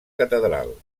catedral